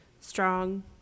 strong